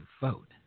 vote